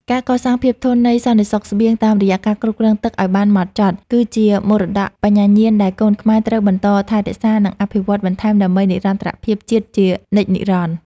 ការកសាងភាពធន់នៃសន្តិសុខស្បៀងតាមរយៈការគ្រប់គ្រងទឹកឱ្យបានហ្មត់ចត់ គឺជាមរតកបញ្ញាញាណដែលកូនខ្មែរត្រូវបន្តថែរក្សា និងអភិវឌ្ឍបន្ថែមដើម្បីនិរន្តរភាពជាតិជានិច្ចនិរន្តរ៍។